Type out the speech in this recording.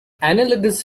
analogous